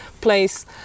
place